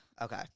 Okay